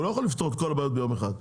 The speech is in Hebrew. הוא לא יכול לפתור את כל הבעיות ביום אחד.